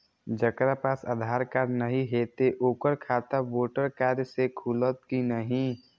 जकरा पास आधार कार्ड नहीं हेते ओकर खाता वोटर कार्ड से खुलत कि नहीं?